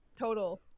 total